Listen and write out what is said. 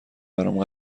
برام